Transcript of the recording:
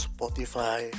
Spotify